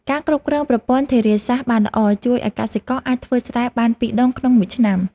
ការគ្រប់គ្រងប្រព័ន្ធធារាសាស្ត្របានល្អ ជួយឱ្យកសិករអាចធ្វើស្រែបានពីរដងក្នុងមួយឆ្នាំ។